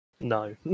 No